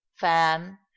fan